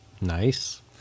nice